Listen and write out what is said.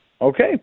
Okay